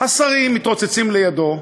השרים מתרוצצים לידו,